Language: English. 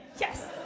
yes